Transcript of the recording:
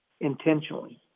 intentionally